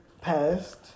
passed